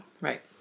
right